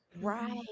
right